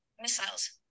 missiles